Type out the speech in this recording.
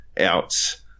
out